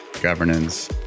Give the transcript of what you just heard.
governance